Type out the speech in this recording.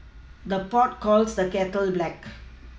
the pot calls the kettle black